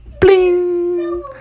Bling